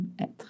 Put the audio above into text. être